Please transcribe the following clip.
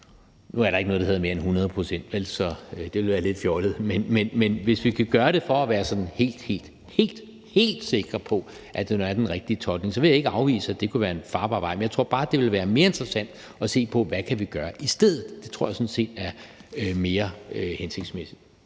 Nu er der ikke noget, der hedder mere end 100 pct., vel, så det vil være lidt fjollet, men hvis vi kan gøre det for at være sådan helt, helt sikre på, at det nu er den rigtige tolkning, så vil jeg ikke afvise, at det kunne være en farbar vej. Men jeg tror bare, det ville være mere interessant at se på, hvad vi kan gøre i stedet. Det tror jeg sådan set er mere hensigtsmæssigt.